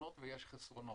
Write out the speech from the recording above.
יתרונות ויש חסרונות.